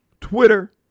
Twitter